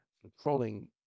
controlling